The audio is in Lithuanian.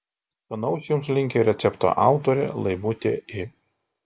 skanaus jums linki recepto autorė laimutė i